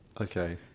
okay